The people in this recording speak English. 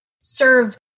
serve